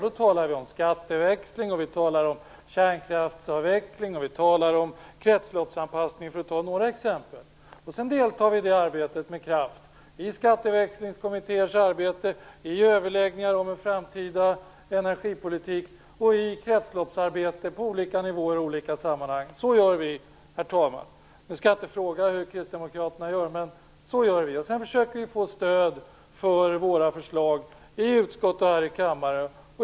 Då talar vi om skatteväxling, kärnkraftsavveckling, kretsloppsanpassning, osv. Sedan deltar vi i detta arbete med kraft - i Skatteväxlingskommitténs arbete, i överläggningar om en framtida energipolitik och i kretsloppsarbetet på olika nivåer och i olika sammanhang. Så gör vi, herr talman. Jag skall inte fråga hur Kristdemokraterna gör, men så här gör vi. Sedan försöker vi få stöd för våra förslag i utskott och här i kammaren.